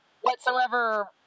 whatsoever